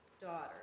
daughter